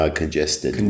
congested